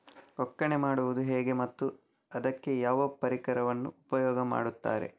ಒಕ್ಕಣೆ ಮಾಡುವುದು ಹೇಗೆ ಮತ್ತು ಅದಕ್ಕೆ ಯಾವ ಪರಿಕರವನ್ನು ಉಪಯೋಗ ಮಾಡುತ್ತಾರೆ?